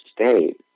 state